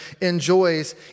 enjoys